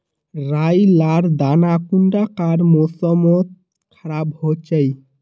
राई लार दाना कुंडा कार मौसम मोत खराब होचए?